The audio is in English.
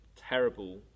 terrible